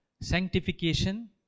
sanctification